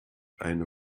eine